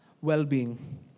well-being